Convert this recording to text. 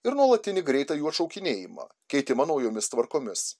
ir nuolatinį greitą jų atšaukinėjimą keitimą naujomis tvarkomis